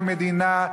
כמדינה,